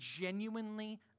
genuinely